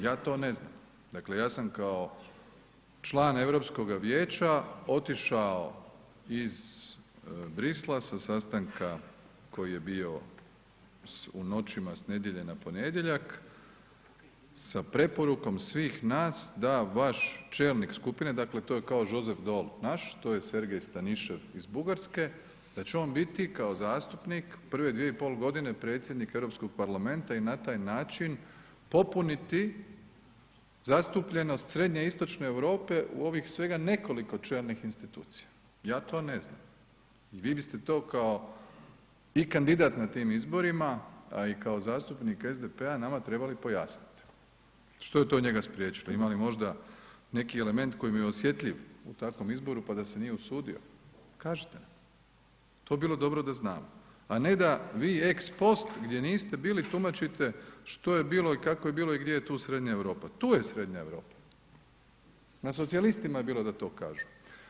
Ja to ne znam, dakle ja sam kao član Europskoga vijeća otišao iz Brisla sa sastanka koji je bio u noćima s nedjelje na ponedjeljak sa preporukom svih nas da vaš čelnik skupine, dakle to je kao Joseph Daul naš, to je Sergej Stanišev iz Bugarske, da će on biti kao zastupnik prve dvije i pol godine predsjednik Europskog parlamenta i na taj način popuniti zastupljenost srednjoistočne Europe u ovih svega nekoliko čelnih institucija, ja to ne znam, vi biste to i kao kandidat na tim izborima, a i kao zastupnik SDP-a nama trebali pojasnit, što je to njega spriječilo, ima li možda neki element koji mu je osjetljiv u takvom izboru, pa da se nije usudio, kažite, to bi bilo dobro da znamo, a ne da vi ex post gdje niste bili, tumačite što je bilo i kako je bilo i gdje je tu Srednja Europa, tu je Srednja Europa, na socijalistima je bilo da to kažu.